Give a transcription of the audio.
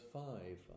five